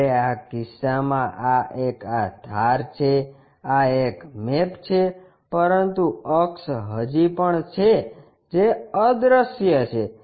જ્યારે આ કિસ્સામાં આ એક આ ધાર છે આ એક મેપ છે પરંતુ અક્ષ હજી પણ છે જે અદ્રશ્ય છે